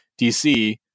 dc